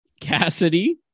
cassidy